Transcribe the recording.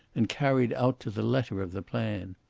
and carried out to the letter of the plan.